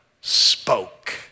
spoke